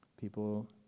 people